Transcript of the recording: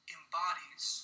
embodies